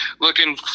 looking